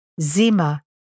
Zima